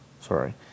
sorry